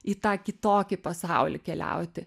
į tą kitokį pasaulį keliauti